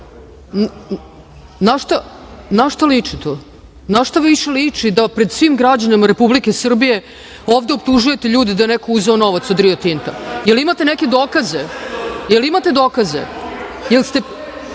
šta liči to? Na šta liči da pred svim građanima Republike Srbije ovde optužujete ljude da je neko uzeo novac od Rio Tinta? Jel imate neke dokaze? Jel imate dokaze? Ako imate